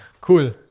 cool